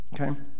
okay